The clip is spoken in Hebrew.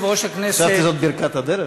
חשבתי שזאת ברכת הדרך.